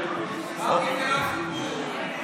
מרגי זה לא הסיפור,